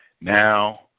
now